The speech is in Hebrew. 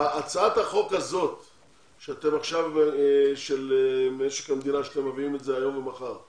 בהצעת החוק הזאת של משק המדינה שאתם מביאים את זה היום ומחר,